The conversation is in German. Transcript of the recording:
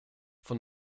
von